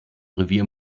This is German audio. revier